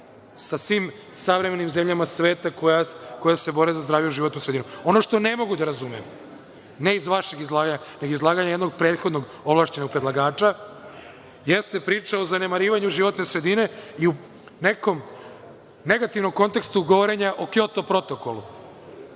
sa svim savremenim zemljama sveta koje se bore za zdraviju životnu sredinu. Ono što ne mogu da razumem, ne iz vašeg izlaganja, nego iz izlaganja jednog prethodnog ovlašćenog predlagača jeste priča o zanemarivanju životne sredine i o nekom negativnom kontekstu govorenja o Kjoto protokolu.